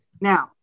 now